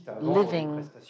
living